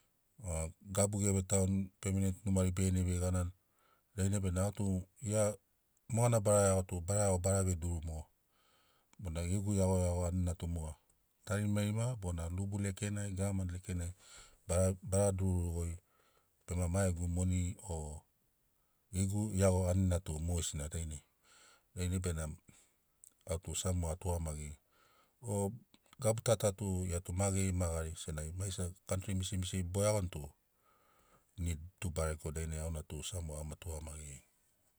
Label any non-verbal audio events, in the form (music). (hesitation) gabu ḡevetauni pemenent numari beḡene vei-ḡana dainai bena au tu ḡia moḡana bara iaḡo tu bara iaḡo bara veduru moḡo bona ḡegu iaḡoiaḡo anina tu moḡa. Tarimarima bona lubu lekenai, gavamani lekenai bara bara dururiḡoi. Bema maḡegu moni o ḡegu iaḡo anina tu moḡesina dainai. Dainai benamo au tu samoa a tuḡamaḡirini. O gabu ta ta tu ḡia maḡeri maḡari senaḡi maiḡesina kantri misimisiri boiaḡoni tu nid tu barego dainai auna tu samoa ama tuḡamaḡirini.